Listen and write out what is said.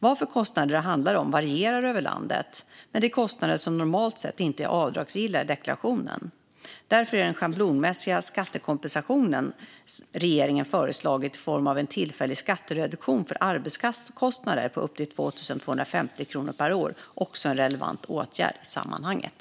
Vad för kostnader det handlar om varierar över landet, men det är kostnader som normalt sett inte är avdragsgilla i deklarationen. Därför är den schablonmässiga kompensation regeringen föreslagit i form av en tillfällig skattereduktion för arbetskostnader på upp till 2 250 kronor per år också en relevant åtgärd i sammanhanget.